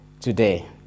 today